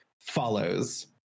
follows